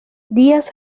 díaz